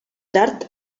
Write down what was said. tard